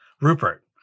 Rupert